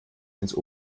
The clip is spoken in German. ins